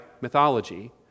mythology